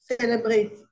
celebrate